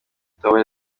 tombola